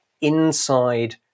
inside